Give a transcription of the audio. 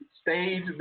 stage